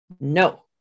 no